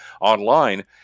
online